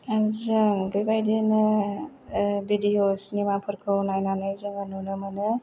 आरो जों बिबादिनो भिदिअस सिनिमा फोरखौ नायनानै जों नुनो मोनो